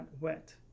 wet